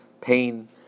pain